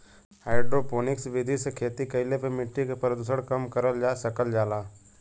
hydroponics विधि से खेती कईले पे मट्टी के प्रदूषण कम करल जा सकल जाला